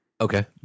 Okay